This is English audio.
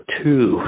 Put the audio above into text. two